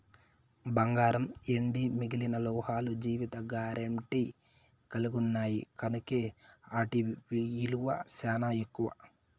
బంగారం, ఎండి మిగిలిన లోహాలు జీవిత గారెంటీ కలిగిన్నాయి కనుకే ఆటి ఇలువ సానా ఎక్కువ